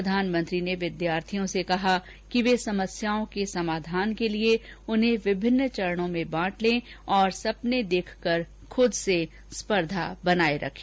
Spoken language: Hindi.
प्रधानमंत्री ने विद्यार्थियों से कहा कि वे समस्याओं के समाधान के लिए उन्हें विभिन्न चरणों में बांट लें और सपने देखकर खूद से स्पर्धा बनाए रखें